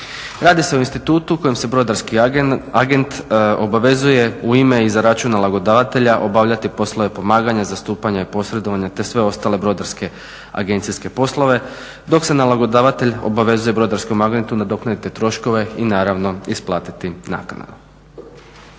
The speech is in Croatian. Radi se o institutu u kojem se brodarski agent obavezuje u ime i za račun nalogodavatelja obavljati poslove pomaganja, zastupanja i posredovanja te sve ostale brodarske agencijske poslove dok se nalogodavatelj obavezuje brodarskom agentu nadoknaditi troškove i naravno isplatiti naknadu.